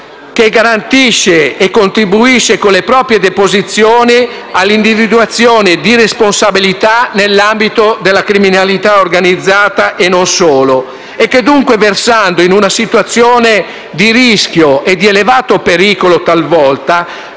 che garantisce e contribuisce con le proprie deposizioni all'individuazione di responsabilità nell'ambito della criminalità organizzata e non solo e che dunque, versando in una situazione di rischio e talvolta di elevato pericolo,